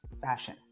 fashion